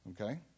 okay